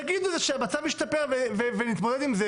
תגידו שהמצב השתפר ונתמודד עם זה,